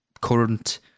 current